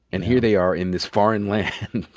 and here they are in this foreign land.